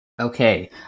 Okay